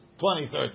2013